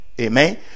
amen